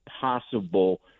possible